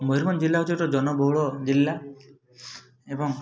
ମୟୂରଭଞ୍ଜ ଜିଲ୍ଲା ହଉଛି ଗୋଟେ ଜନବହୁଳ ଜିଲ୍ଲା ଏବଂ